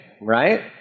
right